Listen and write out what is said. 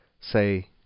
say